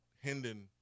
Hendon